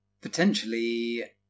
potentially